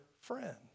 friend